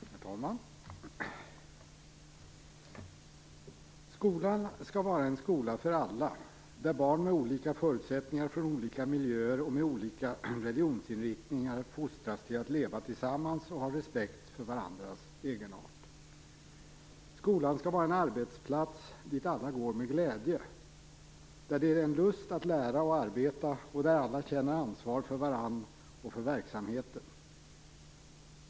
Herr talman! Skolan skall vara en skola för alla. Där skall barn med olika förutsättningar, från olika miljöer och med olika religionsinriktningar fostras till att leva tillsammans och ha respekt för varandras egenart. Skolan skall vara en arbetsplats dit alla går med glädje, där det finns en lust att lära och arbeta och där alla känner ansvar för varandra och för verksamheten.